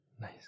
Nice